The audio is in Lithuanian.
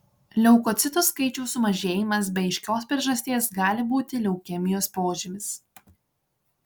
leukocitų skaičiaus sumažėjimas be aiškios priežasties gali būti leukemijos požymis